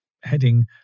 heading